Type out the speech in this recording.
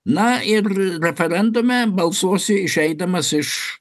na ir referendume balsuosiu išeidamas iš